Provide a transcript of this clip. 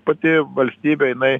pati valstybė jinai